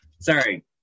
Sorry